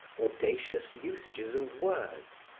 audacious usages of words,